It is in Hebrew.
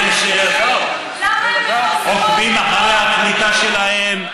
למה הם, עוקבים אחרי הקליטה שלהם.